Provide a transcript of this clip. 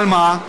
אבל מה,